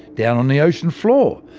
down on the ocean floor,